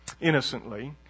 innocently